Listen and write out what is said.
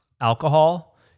alcohol